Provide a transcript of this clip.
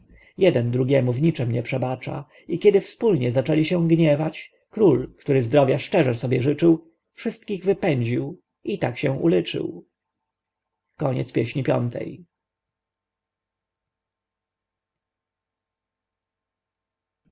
jeden drugiemu w niczem nie przebacza i kiedy wspólnie zaczęli się gniewać król który zdrowia szczerze sobie życzył wszystkich wypędził i tak się ulczył nie